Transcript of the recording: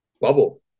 bubble